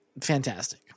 Fantastic